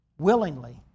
willingly